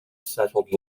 settled